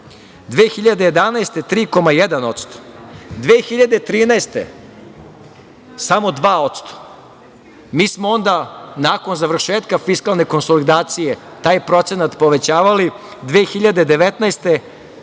2013. godine samo 2 posto. Mi smo onda nakon završetka fiskalne konsolidacije taj procenat povećavali 2019.